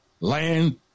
land